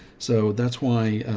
so that's why,